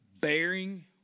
bearing